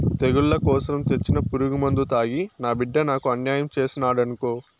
తెగుళ్ల కోసరం తెచ్చిన పురుగుమందు తాగి నా బిడ్డ నాకు అన్యాయం చేసినాడనుకో